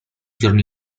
giorno